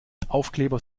aufkleber